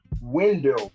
window